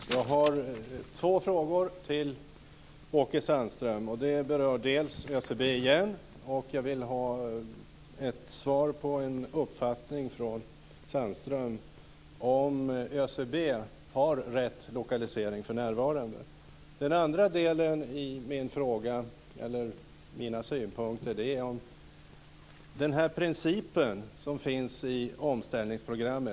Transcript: Fru talman! Jag har två frågor till Åke Sandström. Först gäller det återigen ÖCB. Jag vill ha ett svar från Åke Sandström där han uttrycker en uppfattning om ÖCB för närvarande har rätt lokalisering. Vidare gäller det den princip som finns i omställningsprogrammet.